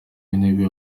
w’intebe